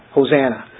Hosanna